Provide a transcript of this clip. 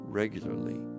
regularly